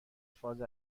فاز